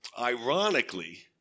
Ironically